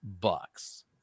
bucks